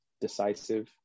decisive